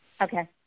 Okay